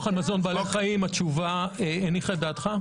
על מזון בעלי חיים התשובה הניחה את דעתך?